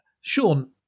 Sean